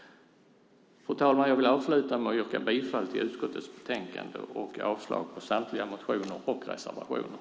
Fru talman! Jag vill avsluta med att yrka bifall till förslaget i utskottets betänkande och avslag på samtliga motioner och reservationer.